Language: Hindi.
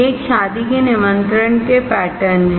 ये एक शादी के निमंत्रण के पैटर्न हैं